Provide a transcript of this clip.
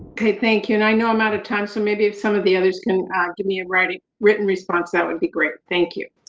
okay. thank you. and i know i'm out of time, so maybe if some of the others can give me a written response, that would be great. thank you.